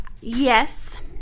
yes